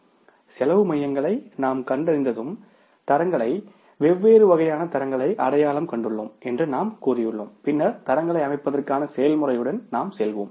cost சென்டர்ங்களை நாம் கண்டறிந்ததும் தரங்களை வெவ்வேறு வகையான தரங்களை அடையாளம் கண்டுள்ளோம் என்று நாம் கூறியுள்ளோம் பின்னர் தரங்களை அமைப்பதற்கான செயல்முறையுடன் நாம் செல்வோம்